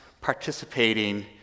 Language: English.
participating